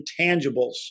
intangibles